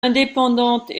indépendantes